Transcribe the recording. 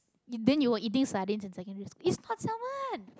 then you were eating sardine in secondary school it's not salmon